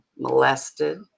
molested